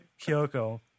Kyoko